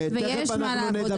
איפה הכשל.